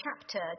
chapter